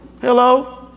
Hello